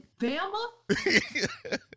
Bama